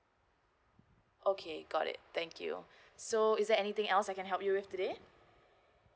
okay got it thank you so is there anything else I can help you with today